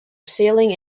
sailing